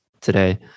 today